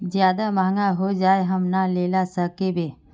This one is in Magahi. ज्यादा महंगा होबे जाए हम ना लेला सकेबे?